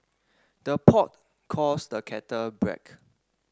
the pot calls the kettle black